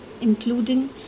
including